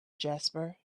jasper